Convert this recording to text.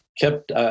kept